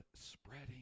spreading